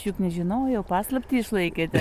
šiaip nežinojau paslaptį išlaikėte